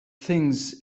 things